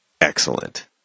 excellent